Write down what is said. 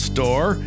Store